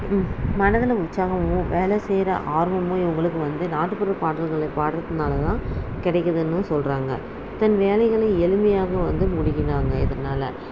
மனதில் உற்சாகமும் வேலை செய்கிற ஆர்வமும் இவர்களுக்கு வந்து நாட்டுப்புற பாடல்களை பாடுறதுனால்தான் கிடைக்குதுன்னு சொல்றாங்க தன் வேலைகளை எளிமையாக வந்து முடிக்கிறாங்க இதனால்